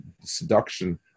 seduction